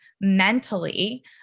mentally